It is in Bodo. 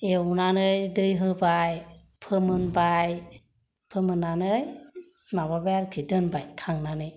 एवनानै दै होबाय फोमोनबाय फोमोननानै माबाबाय आरोखि दोनबाय खांनानै